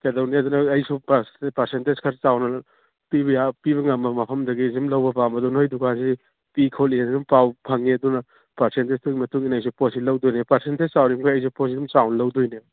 ꯀꯩꯗꯧꯅꯤ ꯑꯗꯨꯅ ꯑꯩꯁꯨ ꯄꯥꯔꯁꯦꯟꯇꯦꯖ ꯈꯔ ꯆꯥꯎꯅ ꯄꯤꯕ ꯄꯤꯕ ꯉꯝꯕ ꯃꯐꯝꯗꯒꯤ ꯁꯨꯝ ꯂꯧꯕ ꯄꯥꯝꯕ ꯑꯗꯨ ꯅꯣꯏ ꯗꯨꯀꯥꯟꯁꯤ ꯄꯤ ꯈꯣꯠꯂꯤꯅ ꯑꯗꯨꯝ ꯄꯥꯎ ꯐꯪꯏ ꯑꯗꯨꯅ ꯄꯥꯔꯁꯦꯟꯇꯦꯖꯇꯨꯒꯤ ꯃꯇꯨꯡ ꯏꯟꯅ ꯑꯩꯁꯨ ꯄꯣꯠꯁꯦ ꯂꯧꯗꯣꯏꯅꯦ ꯄꯥꯔꯁꯦꯟꯇꯦꯖ ꯆꯥꯎꯔꯤ ꯃꯈꯩ ꯑꯩꯁꯨ ꯄꯣꯠꯁꯤ ꯑꯗꯨꯝ ꯆꯥꯎꯅ ꯂꯧꯗꯣꯏꯅꯦ